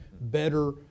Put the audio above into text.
better